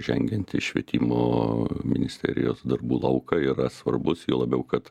žengiant į švietimo ministerijos darbų lauką yra svarbus juo labiau kad